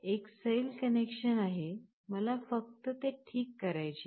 एक सैल कनेक्शन आहे मला फक्त ते ठीक करायचे आहे